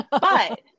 but-